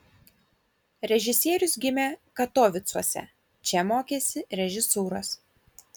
režisierius gimė katovicuose čia mokėsi režisūros